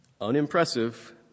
unimpressive